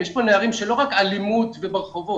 יש פה נערים שלא רק סבלו מאלימות וברחובות,